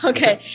Okay